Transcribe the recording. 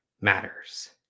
matters